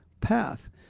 path